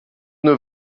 nur